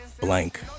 blank